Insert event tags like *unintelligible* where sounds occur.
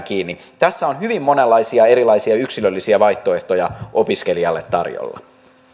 *unintelligible* kiinni tässä on hyvin monenlaisia ja erilaisia ja yksilöllisiä vaihtoehtoja opiskelijalle tarjolla